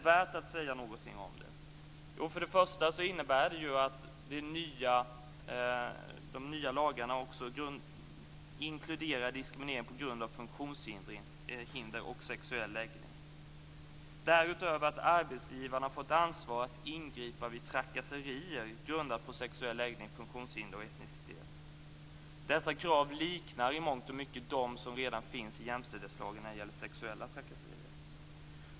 För det första inkluderar de nya lagarna diskriminering på grund av funktionshinder och sexuell läggning. Därutöver får arbetsgivarna ett ansvar att ingripa vid trakasserier grundade på sexuell läggning, funktionshinder och etnicitet. Dessa krav liknar i mångt och mycket de som redan finns i jämställdhetslagen när det gäller sexuella trakasserier.